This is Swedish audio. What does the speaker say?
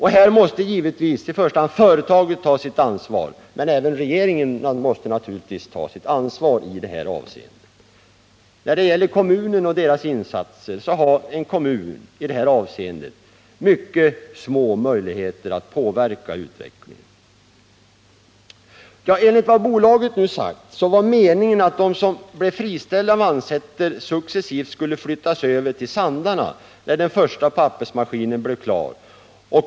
Här måste givetvis i första hand företaget ta sitt ansvar, men även regeringen. En kommun har här mycket små möjligheter att påverka utveckiingen. Enligt bolaget var det meningen att de som blev friställda i Vannsäter successivt skulle flyttas över till Sandarne, när den första pappersmaskinen blev klar.